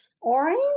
Orange